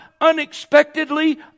unexpectedly